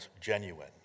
genuine